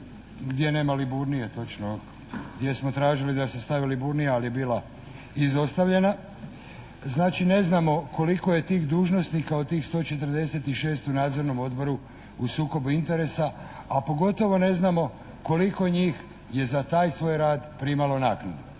gdje nema "Liburnije", točno. Gdje smo tražili da se stavi "Liburnija" ali je bila izostavljena. Znači, ne znamo koliko je tih dužnosnika od tih 146 u nadzornom odboru u sukobu interesa, a pogotovo ne znamo koliko njih je za taj svoj rad primalo naknadu